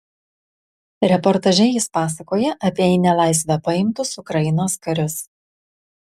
reportaže jis pasakoja apie į nelaisvę paimtus ukrainos karius